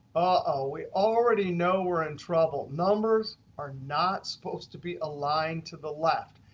ah we already know we're in trouble. numbers are not supposed to be aligned to the left.